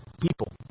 people